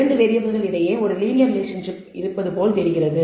2 வேரியபிள்கள் இடையே ஒரு லீனியர் ரிலேஷன்ஷிப் இருப்பது போல் தெரிகிறது